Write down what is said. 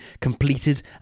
completed